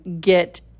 Get